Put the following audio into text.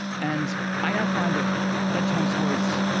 and i now find that bedtime stories